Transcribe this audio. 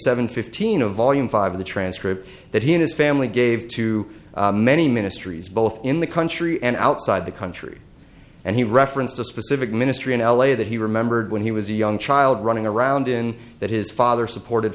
seven fifteen of volume five of the transcript that he and his family gave to many ministries both in the country and outside the country and he referenced a specific ministry in l a that he remembered when he was a young child running around in that his father supported